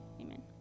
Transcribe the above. amen